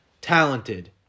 talented